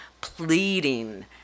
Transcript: pleading